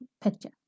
picture